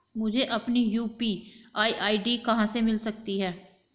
मुझे अपनी UPI ID कहां मिल सकती है?